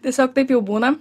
tiesiog taip jau būna